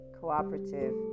cooperative